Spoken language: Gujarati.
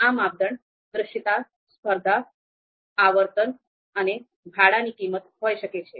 આ માપદંડ દૃશ્યતા સ્પર્ધા આવર્તન અને ભાડાની કિંમત હોઈ શકે છે